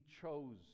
chose